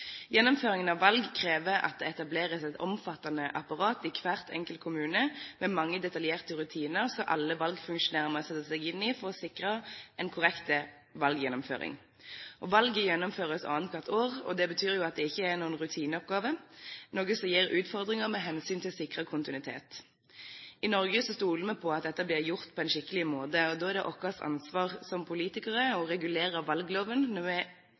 Gjennomføringen av valg krever at det etableres et omfattende apparat i hver enkelt kommune, med mange detaljerte rutiner som alle valgfunksjonærer må sette seg inn i for å sikre en korrekt valggjennomføring. Valget gjennomføres annethvert år, og det betyr jo at det ikke er en rutineoppgave, noe som gir utfordringer med hensyn til å sikre kontinuitet. I Norge stoler vi på at dette blir gjort på en skikkelig måte, og da er det vårt ansvar som politikere å regulere valgloven når